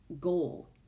goal